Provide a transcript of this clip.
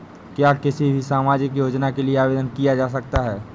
क्या किसी भी सामाजिक योजना के लिए आवेदन किया जा सकता है?